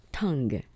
tongue